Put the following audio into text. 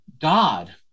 God